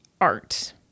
art